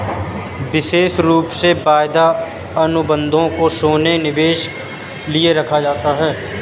विशेष रूप से वायदा अनुबन्धों को सोने के निवेश के लिये रखा जाता है